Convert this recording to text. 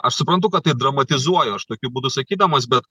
aš suprantu kad taip dramatizuoju aš tokiu būdu sakydamas bet